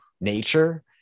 nature